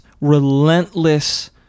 relentless